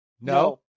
No